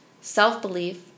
self-belief